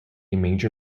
major